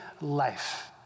life